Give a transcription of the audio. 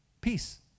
peace